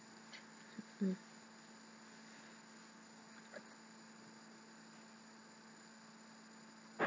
mm